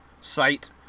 site